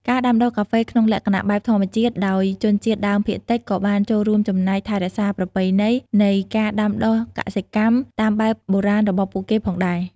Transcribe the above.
ការដាំដុះកាហ្វេក្នុងលក្ខណៈបែបធម្មជាតិដោយជនជាតិដើមភាគតិច ក៏បានចូលរួមចំណែក ថែរក្សាប្រពៃណី នៃការដាំដុះកសិកម្មតាមបែបបុរាណរបស់ពួកគេផងដែរ។